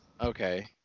Okay